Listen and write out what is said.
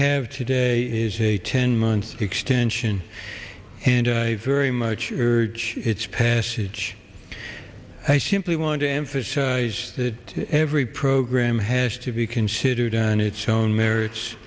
have today is a ten month extension and i very much urge its passage i simply want to emphasize that every program has to be considered on its own merits